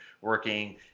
working